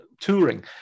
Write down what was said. touring